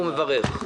והוא מברך.